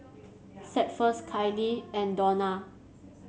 Cephus Kylie and Dawna